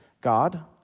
God